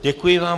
Děkuji vám.